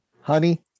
honey